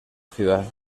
ciudad